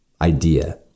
idea